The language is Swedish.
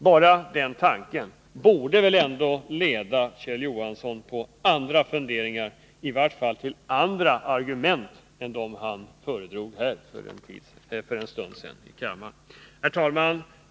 Blotta — Nr 113 tanken på något sådant borde leda Kjell Johansson in på andra funderingar. I varje fall borde det få honom att ta till andra argument än dem han föredrog här i kammaren för en stund sedan. Herr talman!